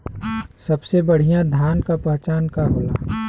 सबसे बढ़ियां धान का पहचान का होला?